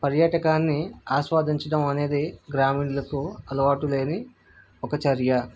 పర్యటకాన్ని ఆస్వాదించడం అనేది గ్రామీణులకు అలవాటు లేని ఒక చర్య